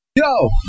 Yo